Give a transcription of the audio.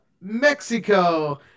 Mexico